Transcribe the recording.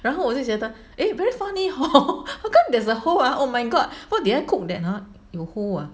然后我就觉得 eh very funny hor how come there's a hole ah oh my god how did I cook that 有 hole ah